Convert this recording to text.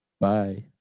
Bye